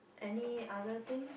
any other things